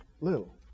Little